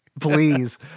Please